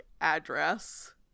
address